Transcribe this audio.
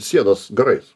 sienos garais